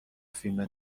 فیلم